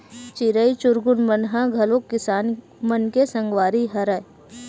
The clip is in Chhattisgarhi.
चिरई चिरगुन मन ह घलो किसान मन के संगवारी हरय